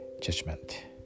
judgment